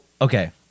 okay